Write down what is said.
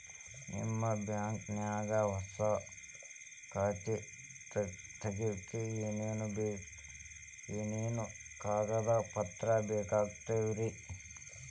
ನಿಮ್ಮ ಬ್ಯಾಂಕ್ ನ್ಯಾಗ್ ಹೊಸಾ ಖಾತೆ ತಗ್ಯಾಕ್ ಏನೇನು ಕಾಗದ ಪತ್ರ ಬೇಕಾಗ್ತಾವ್ರಿ?